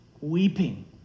weeping